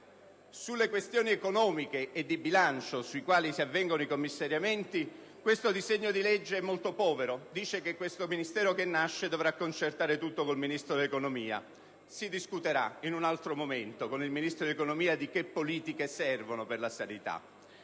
alle questioni economiche e di bilancio sulle quali avvengono i commissariamenti, il disegno di legge al nostro esame è molto povero: si dice che il Ministero che nasce dovrà concertare tutto con il Ministero dell'economia. Si discuterà in un altro momento con il Ministro dell'economia di quali politiche servono per la sanità.